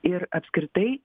ir apskritai